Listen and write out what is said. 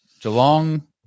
Geelong